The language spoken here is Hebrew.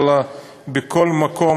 אבל בכל מקום